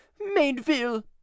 mainville